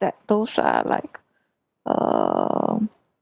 that those are like um